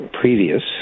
previous